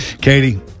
Katie